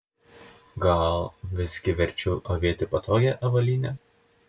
gal visgi verčiau avėti patogią avalynę